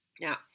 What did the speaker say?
Now